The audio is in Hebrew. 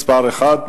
מס' 1,